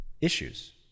issues